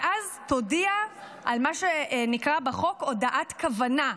ואז תודיע מה שנקרא בחוק "הודעת כוונה",